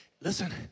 listen